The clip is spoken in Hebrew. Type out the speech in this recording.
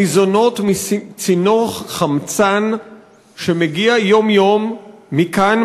ניזונות מצינור חמצן שמגיע יום-יום מכאן,